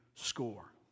score